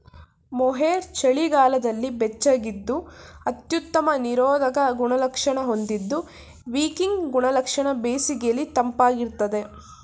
mohair ಚಳಿಗಾಲದಲ್ಲಿ ಬೆಚ್ಚಗಿದ್ದು ಅತ್ಯುತ್ತಮ ನಿರೋಧಕ ಗುಣಲಕ್ಷಣ ಹೊಂದಿದ್ದು ವಿಕಿಂಗ್ ಗುಣಲಕ್ಷಣ ಬೇಸಿಗೆಲಿ ತಂಪಾಗಿರ್ತದೆ